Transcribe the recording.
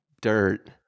dirt